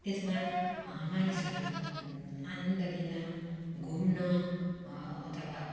त्यसमा मानिसहरू आनन्द लिन घुम्न अथवा